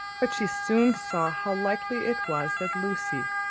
but she soon saw how likely it was that lucy,